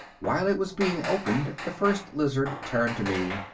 while it was being opened, the first lizard turned to me.